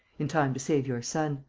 in time to save your son.